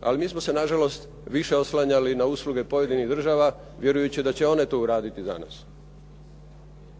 Ali mi smo se na žalost više oslanjali na usluge pojedinih država vjerujući da će one to uraditi za nas.